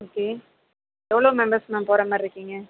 okay எவ்வளோ members ma'am போகிற மாதிரி இருக்கீங்க